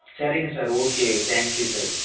சரிங்க sir okay thank you sir